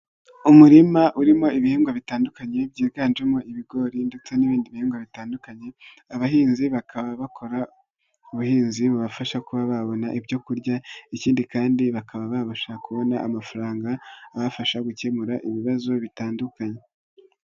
Umurima urimo ibihingwa bitandukanye byiganjemo ibigori ndetse n'ibindi bihingwa bitandukanye, abahinzi bakaba bakora ubuhinzi bubafasha kuba babona ibyo kurya, ikindi kandi bakaba babasha kubona amafaranga abafasha gukemura ibibazo bitandukanye.